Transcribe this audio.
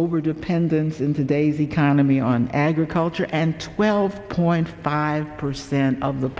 over dependence in today's economy on agriculture and twelve point five percent of the